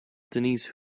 denise